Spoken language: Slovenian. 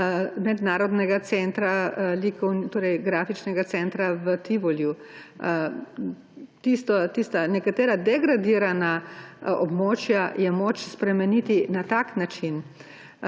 Mednarodnega centra grafičnega centra v Tivoliju. Nekatera degradirana območja je moč spremeniti na tak način